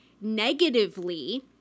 negatively